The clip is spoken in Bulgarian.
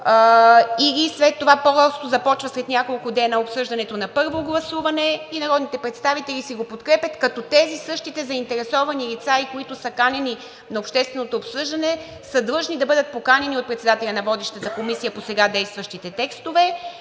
или след това след няколко дена започва обсъждането на първо гласуване и народните представители си го подкрепят, като тези същите заинтересовани лица, които са канени на общественото обсъждане, са длъжни да бъдат поканени от председателя на водещата комисия по сега действащите текстове